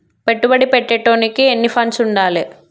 పెట్టుబడి పెట్టేటోనికి ఎన్ని ఫండ్స్ ఉండాలే?